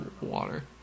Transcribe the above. water